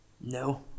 No